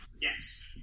Yes